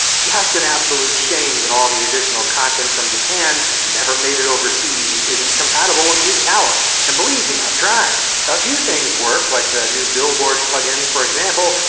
just an absolute shame that all the additional content from japan never made it overseas and isn't compatible with yoot tower. and believe me i've tried a few things work, like the new billboard plugins for example,